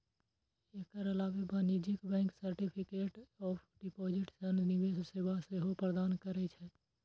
एकर अलावे वाणिज्यिक bank certificate of deposit सन निवेश सेवा सेहो प्रदान करै छै